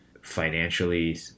financially